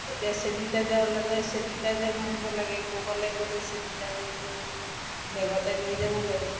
এতিয়া ছেনিটাইজাৰ ওলাওঁতে ছেনিটাইজাৰ ঘঁহিব লাগে ক'ৰবালৈ গ'লে ছেনিটাইজাৰটো বেগতে লৈ যাব লাগে